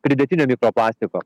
pridėtinio mikroplastiko